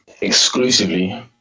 exclusively